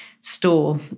store